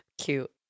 Cute